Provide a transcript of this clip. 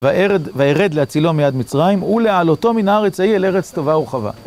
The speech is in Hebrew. וארד, וירד להצילו מיד מצרים ולעלותו מן הארץ ההיא אל ארץ טובה ורחבה.